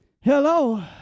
Hello